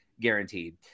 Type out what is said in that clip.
guaranteed